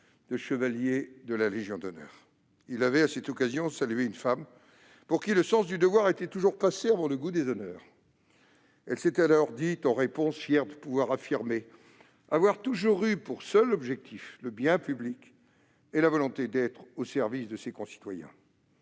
de chevalier de la Légion d'honneur. Il avait à cette occasion salué une femme pour qui « le sens du devoir [était] toujours passé avant le goût des honneurs ». En réponse, elle s'était alors dite « fière de pouvoir affirmer avoir toujours eu pour seul objectif le bien public et la volonté d'être au service de ses concitoyens